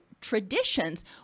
traditions